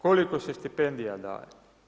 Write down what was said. Koliko se stipendija daje?